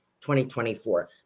2024